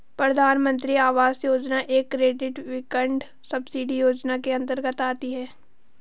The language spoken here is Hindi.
प्रधानमंत्री आवास योजना एक क्रेडिट लिंक्ड सब्सिडी योजना के अंतर्गत आती है